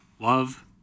Love